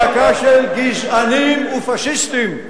להקה של גזענים ופאשיסטים.